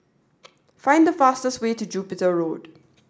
find the fastest way to Jupiter Road